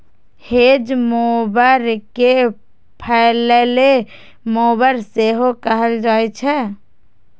hedge mower कें फलैले mower सेहो कहल जाइ छै